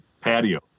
patio